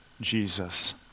Jesus